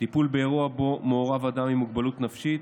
לטיפול באירוע שבו מעורב אדם עם מוגבלות נפשית.